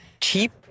cheap